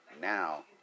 Now